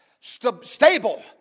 stable